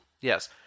Yes